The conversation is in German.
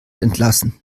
entlassen